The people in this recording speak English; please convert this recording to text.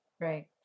right